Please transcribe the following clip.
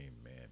Amen